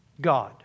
God